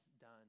done